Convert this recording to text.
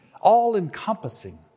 all-encompassing